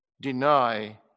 deny